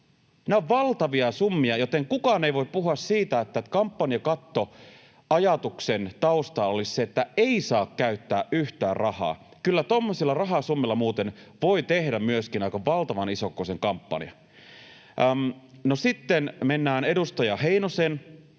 Nämä ovat valtavia summia, joten kukaan ei voi puhua siitä, että kampanjakattoajatuksen tausta olisi se, että ei saa käyttää yhtään rahaa. Kyllä tuommoisilla rahasummilla muuten voi tehdä myöskin aika valtavan isokokoisen kampanjan. No, sitten mennään edustaja Heinosen